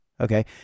okay